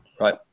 right